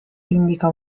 indica